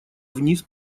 вниз